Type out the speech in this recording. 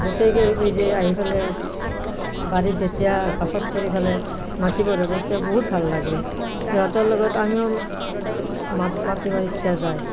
গোটেইকেইবিধে আহি পেলাই বাৰীত যেতিয়া গছত পৰি পেলাই মাতিব ধৰে তেতিয়া বহুত ভাল লাগে সিহঁতৰ লগত আমিও মাত মাতিবৰ ইচ্ছা যায়